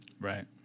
Right